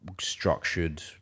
structured